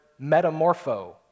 metamorpho